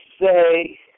say